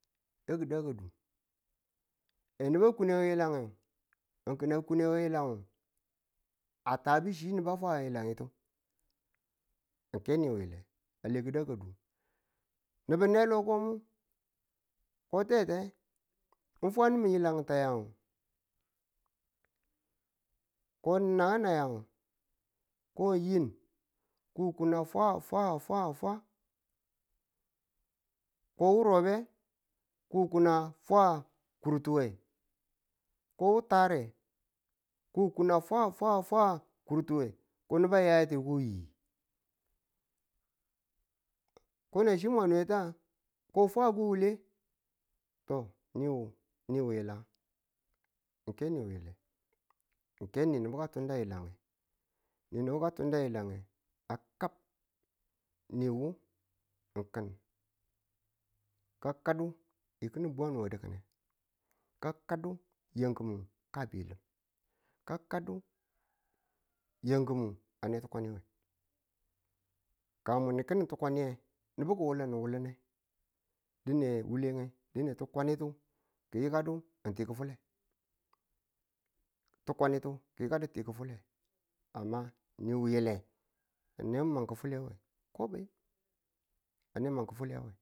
ya ki̱ da ka dum ye nubu a kune we yi̱lang ge ng ki̱n a kune we yilang a tabu chi nubu a fwa a yilang nitu ng ke ni wile a le ki̱da kadum. nubu ne lo ko ko tete ng fwa ni̱min ko nan na yannu ko yinm a kun a fwa fwa a fwa ko wo robe a kun a fwa a kurtune ko wu tare a kun a fwa a fwa a fwa a kurtuwe ko nubu a yayate ko wi ko nan chi mwa nwewetu ng? ko a fwa ko wule to niwu ni wile nga? ng ke ni wile nge ni nubu ka tunda a yilange nino nibu ka tunda a yilange a kab niwu ng ki̱n ka kadu ng ki̱nin bwanu we dikine ka kaddu yem ki̱nin ka biyilim kakadu yem ki̱nu a ne tukwaniye ka mwun kini tukwaniye nubu ki̱ wulni wulelu ne dine wule ye dine tukwanitu kiyikadu ti kifwile amma ni wile a ne kifwiliwe ko bayim.